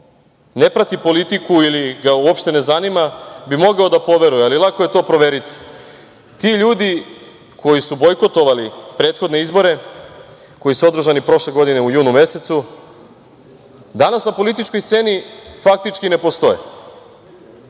ne prati politiku ili ga uopšte ne zanima bi mogao da poveruje, ali lako je to proveriti. Ti ljudi koji su bojkotovali prethodne izbore, koji su održani prošle godine u junu mesecu, danas na političkoj sceni faktički ne postoje,